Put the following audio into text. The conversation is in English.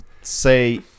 say